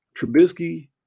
Trubisky